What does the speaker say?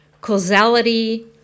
causality